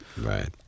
Right